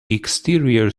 exterior